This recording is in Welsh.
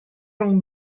rhwng